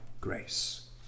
grace